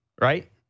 right